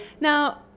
Now